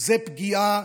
זה פגיעה